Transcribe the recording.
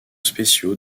spéciaux